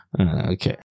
Okay